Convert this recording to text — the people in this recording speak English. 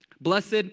Blessed